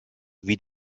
wie